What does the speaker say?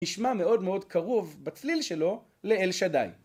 נשמע מאוד מאוד קרוב בצליל שלו לאל שדי.